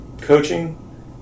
coaching